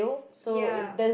ya